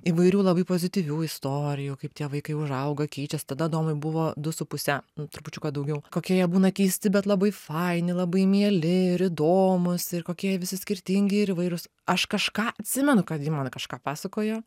įvairių labai pozityvių istorijų kaip tie vaikai užauga keičias tada adomui buvo du su puse trupučiuką daugiau kokie jie būna keisti bet labai faini labai mieli ir įdomūs ir kokie jie visi skirtingi ir įvairūs aš kažką atsimenu kad ji man kažką pasakojo